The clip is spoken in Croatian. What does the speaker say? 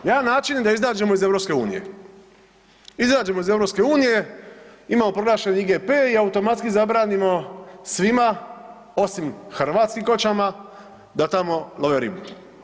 Jedan je način da izađemo iz EU-a, izađemo iz EU-a, imamo proglašen IGP i automatski zabranimo svima osim hrvatskim koćama, da tamo love ribu.